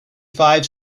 five